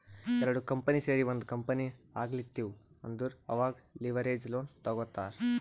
ಎರಡು ಕಂಪನಿ ಸೇರಿ ಒಂದ್ ಕಂಪನಿ ಆಗ್ಲತಿವ್ ಅಂದುರ್ ಅವಾಗ್ ಲಿವರೇಜ್ ಲೋನ್ ತಗೋತ್ತಾರ್